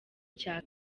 cya